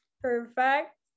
perfect